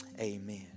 Amen